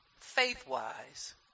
faith-wise